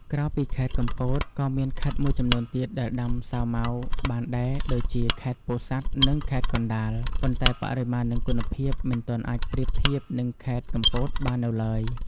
ក្រៅពីខេត្តកំពត ក៏មានខេត្តមួយចំនួនទៀតដែលដាំសាវម៉ាវបានដែរ ដូចជា ខេត្តពោធិ៍សាត់ និង ខេត្តកណ្ដាល ប៉ុន្តែបរិមាណនិងគុណភាពមិនទាន់អាចប្រៀបធៀបនឹងខេត្តកំពតបាននៅឡើយ។